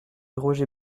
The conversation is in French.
roger